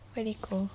where did it go